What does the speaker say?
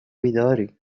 بیداری